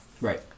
right